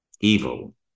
evil